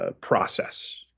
process